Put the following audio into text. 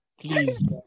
please